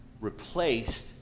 replaced